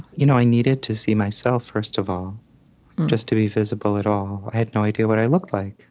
you know i needed to see myself first of all just to be visible at all. i had no idea what i looked like.